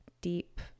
deep